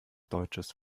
deutsches